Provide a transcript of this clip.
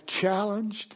challenged